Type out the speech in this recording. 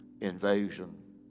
invasion